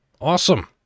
Awesome